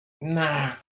Nah